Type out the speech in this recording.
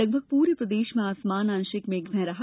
लगभग पूरे प्रदेश में आसमान आंशिक मेघमय रहा